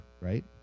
right